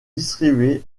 distribués